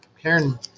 Karen